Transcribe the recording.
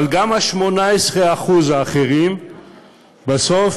אבל גם ה-18% האחרים בסוף,